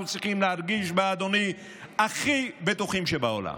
אנחנו צריכים להרגיש בה הכי בטוחים בעולם.